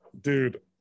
Dude